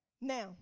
Now